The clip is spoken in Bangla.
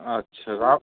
আচ্ছা রাফ